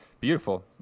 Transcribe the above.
Beautiful